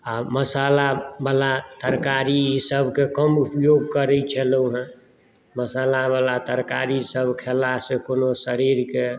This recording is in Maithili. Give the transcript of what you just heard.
आ मसालावला तरकारी सभकेँ कम उपयोग करैत छलहुँ हेँ मसालावला तरकारीसभ खयलासँ कोनो शरीरके